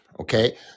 okay